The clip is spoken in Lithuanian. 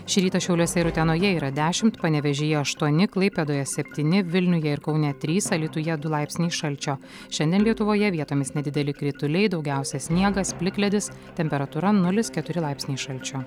šį rytą šiauliuose ir utenoje yra dešimt panevėžyje aštuoni klaipėdoje septyni vilniuje ir kaune trys alytuje du laipsniai šalčio šiandien lietuvoje vietomis nedideli krituliai daugiausia sniegas plikledis temperatūra nulis keturi laipsniai šalčio